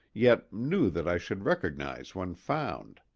yet knew that i should recognize when found.